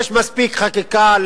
יש מספיק חקיקה,